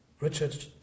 Richard